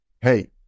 Hey